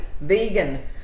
vegan